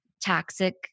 toxic